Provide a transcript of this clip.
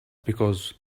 because